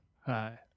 hi